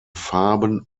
farben